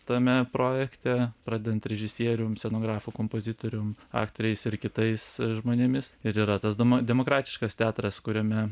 tame projekte pradedant režisierium scenografu kompozitorium aktoriais ir kitais žmonėmis ir yra tas demo demokratiškas teatras kuriame